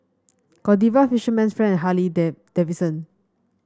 Godiva Fisherman's Friend Harley Dave Davidson